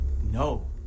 no